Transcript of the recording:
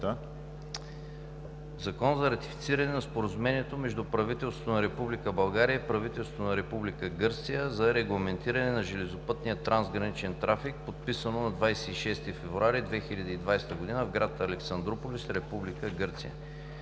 за ратифициране на Споразумението между правителството на Република България и правителството на Република Гърция за регламентиране на железопътния трансграничен трафик, подписано на 26 февруари 2020 г. в град Александруполис, №